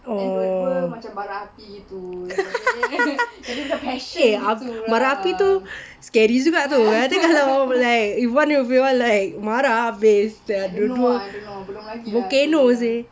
oh eh apa bara api tu scary juga tu nanti kalau like if one of you all like marah habis sia dua-dua volcano seh